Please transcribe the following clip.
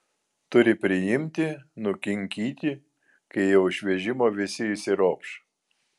turi priimti nukinkyti kai jau iš vežimo visi išsiropš